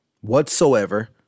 whatsoever